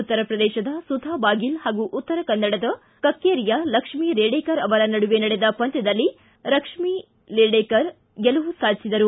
ಉತ್ತರ ಪ್ರದೇಶದ ಸುಧಾ ಬಾಗಿಲ್ ಹಾಗೂ ಉತ್ತರ ಕನ್ನಡದ ಕಕ್ಕೇರಿಯ ಲಕ್ಷ್ಮೀ ರೇಡೆಕರ್ ಅವರ ನಡುವೆ ನಡೆದ ಪಂದ್ಯದಲ್ಲಿ ಲಕ್ಷ್ಮೀ ರೇಡೆಕರ್ ಗೆಲುವು ಸಾಧಿಸಿದರು